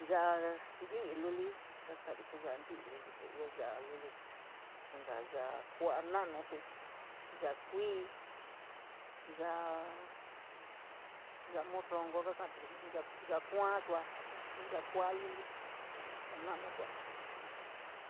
Ya’a nti’i luli kaka’ari ku ya’a nti’i luli te ioo ya’a luli, inka ya’a kua’a no’anutu, ya’a kuii, yaa morrongo kakaturi jii ya’a kuaa sua, jii ya’a kua’aluli.